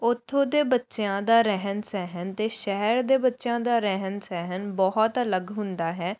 ਉੱਥੋਂ ਦੇ ਬੱਚਿਆਂ ਦਾ ਰਹਿਣ ਸਹਿਣ ਅਤੇ ਸ਼ਹਿਰ ਦੇ ਬੱਚਿਆਂ ਦਾ ਰਹਿਣ ਸਹਿਣ ਬਹੁਤ ਅਲੱਗ ਹੁੰਦਾ ਹੈ